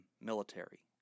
military